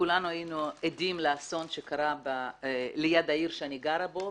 וכולנו היינו עדים לאסון שקרה ליד העיר שאני גרה בה,